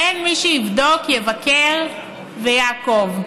אין מי שיבדוק, יבקר ויעקוב.